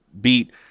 beat